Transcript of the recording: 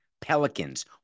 Pelicans